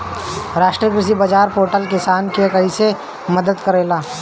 राष्ट्रीय कृषि बाजार पोर्टल किसान के कइसे मदद करेला?